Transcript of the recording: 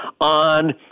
on